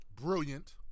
brilliant